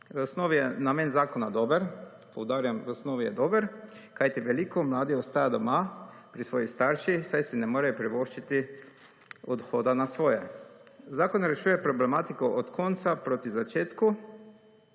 v osnovni je dober, kajti veliko mladih ostaja doma pri svojih starših, saj si ne morejo privoščiti odhoda na svoje. Zakon rešuje problematiko od konca proti začetku